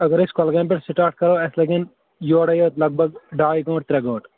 اگر أسۍ کۄلگامہِ پٮ۪ٹھ سِٹاٹ کَرو اَسہِ لَگن یورے یوت لَگ بَگ ڈَاے گٲنٛٹہٕ ترٛےٚ گٲنٛٹہٕ